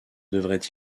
devraient